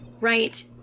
right